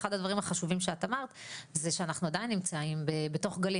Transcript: אחד הדברים החשובים שאת אמרת זה שאנחנו עדיין נמצאים בתוך גלים